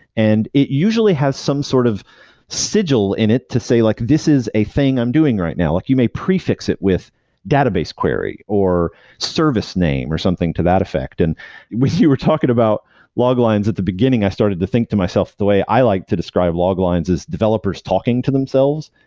and it usually has some sort of sigil in it, to say like this is a thing i'm doing right now. like you may prefix it with database query, or service name, or something to that effect. and when you were talking about log lines at the beginning, i started to think to myself the way i like to describe log lines as developers talking to themselves,